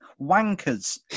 wankers